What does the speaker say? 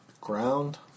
Ground